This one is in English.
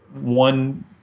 one